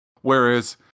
Whereas